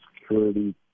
security